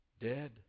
Dead